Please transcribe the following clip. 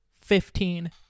fifteen